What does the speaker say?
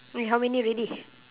eh how many already